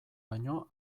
baino